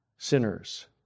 sinners